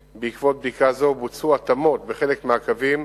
והיא מרתיעה משפחות חדשות המבקשות